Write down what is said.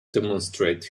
demonstrate